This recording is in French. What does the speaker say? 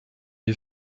les